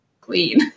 clean